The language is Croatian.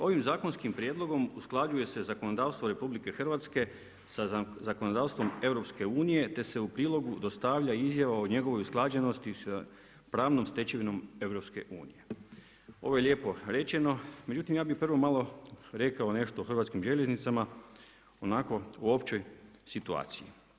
Ovim zakonskim prijedlogom usklađuje se zakonodavstvo RH sa zakonodavstvom EU-a te se u prilogu dostavlja izjava o njegovoj usklađenosti sa pravnom stečevinom EU-a. ovo je lijepo rečeno, međutim ja bi prvo malo rekao nešto o hrvatskim željeznicama, onako o općoj situaciji.